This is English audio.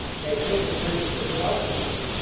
they think in terms of a democracy,